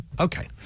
Okay